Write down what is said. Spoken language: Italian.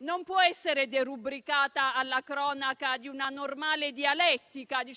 non può essere derubricata alla cronaca di una normale dialettica, di